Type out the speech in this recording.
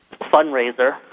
fundraiser